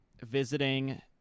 visiting